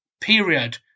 period